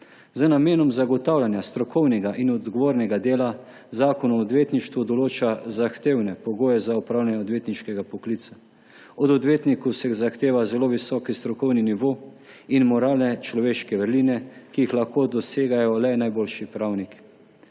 Z namenom zagotavljanja strokovnega in odgovornega dela Zakon o odvetništvu določa zahtevne pogoje za opravljanje odvetniškega poklica. Od odvetnikov se zahtevajo zelo visok strokovni nivo in moralne človeške vrline, ki jih lahko dosegajo le najboljši pravniki.